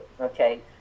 okay